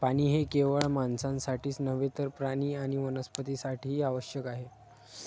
पाणी हे केवळ माणसांसाठीच नव्हे तर प्राणी आणि वनस्पतीं साठीही आवश्यक आहे